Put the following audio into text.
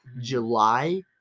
July